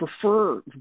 prefer